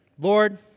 Lord